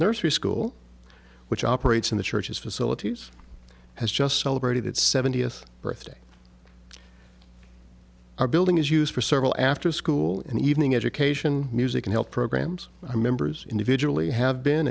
nursery school which operates in the church's facilities has just celebrated its seventieth birthday our building is used for several afterschool and evening education music and health programs my members individually have been